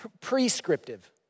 prescriptive